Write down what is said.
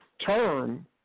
Term